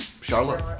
Charlotte